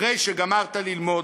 אחרי שגמרת ללמוד.